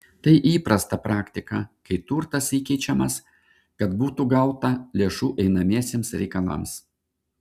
tai įprasta praktika kai turtas įkeičiamas kad būtų gauta lėšų einamiesiems reikalams